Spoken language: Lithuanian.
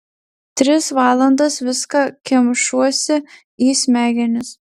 tris valandas viską kemšuosi į smegenis